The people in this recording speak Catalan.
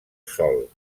sol